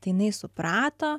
tai jinai suprato